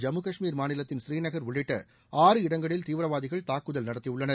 ஜம்மு காஷ்மீர் மாநிலத்தின் ஸ்ரீநகர் உள்ளிட்ட ஆறு இடங்களில் தீவிரவாதிகள் தாக்குதல் நடத்தியுள்ளனர்